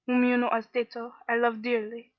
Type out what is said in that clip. whom you know as tato, i love dearly.